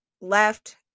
left